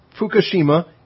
Fukushima